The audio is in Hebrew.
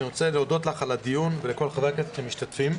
אני רוצה להודות לך על הדיון ולכל חברי הכנסת המשתתפים.